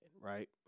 right